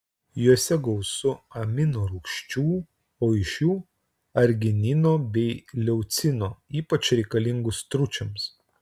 jose gausu amino rūgščių o iš jų arginino bei leucino ypač reikalingų stručiams